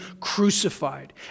crucified